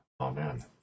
Amen